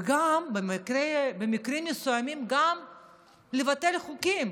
ובמקרים מסוימים גם לבטל חוקים,